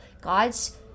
God's